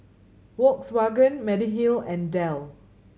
Volkswagen Mediheal and Dell